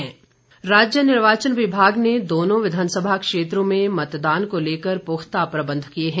चनाव प्रबंध राज्य निर्वाचन विभाग ने दोनों विधानसभा क्षेत्रों में मतदान को लेकर पुख्ता प्रबंध किये हैं